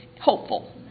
hopeful